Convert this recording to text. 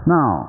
Now